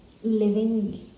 Living